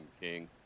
king